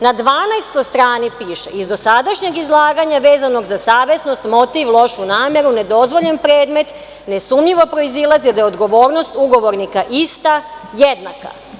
Na 12 strani piše - iz dosadašnjeg izlaganja piše vezanog za savesnost, motiv, lošu nameru, nedozvoljen predmet, nesumnjivo proizilazi da je odgovornost ugovornika ista, jednaka.